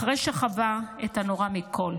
אחרי שחווה את הנורא מכול.